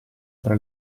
tra